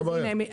מה הבעיה?